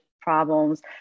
problems